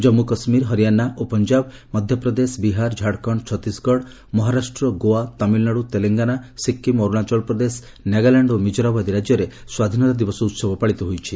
ଜନ୍ମୁ କାଶ୍ମୀର ହରିୟାନା ଓ ପଞ୍ଜାବ ମଧ୍ୟପ୍ରଦେଶ ବିହାର ଝାଡ଼ଖଣ୍ଡ ଛତିଶଗଡ଼ ମହାରାଷ୍ଟ୍ର ଗୋଆ ତାମିଲ୍ନାଡୁ ତେଲଙ୍ଗାନା ସିକ୍କିମ୍ ଅରୁଣାଚଳ ପ୍ରଦେଶ ନାଗାଲ୍ୟାଣ୍ଡ ଓ ମିଜୋରାମ୍ ଆଦି ରାଜ୍ୟରେ ସ୍ୱାଧୀନତା ଦିବସ ଉହବ ପାଳିତ ହୋଇଛି